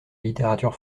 littérature